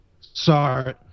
Sorry